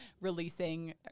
releasing